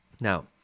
now